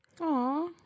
Aw